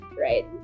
Right